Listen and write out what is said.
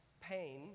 pain